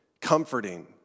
comforting